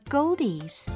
Goldies